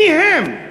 מי הם?